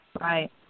right